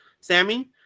Sammy